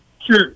Sure